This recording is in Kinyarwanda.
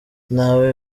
ntawe